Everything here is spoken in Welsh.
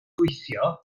gweithio